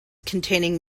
containing